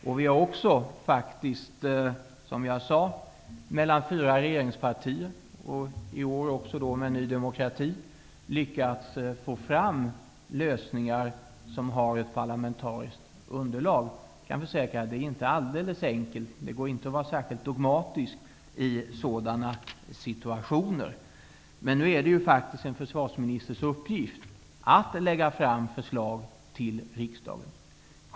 De fyra regeringspartierna och även Ny demokrati har i år faktiskt, som jag sade, lyckats få fram lösningar som har ett parlamentariskt underlag. Jag kan försäkra att det inte är alldeles enkelt. Det går inte att vara särskilt dogmatisk i sådana situationer. Det är faktiskt en försvarsministers uppgift att lägga fram förslag till riksdagen.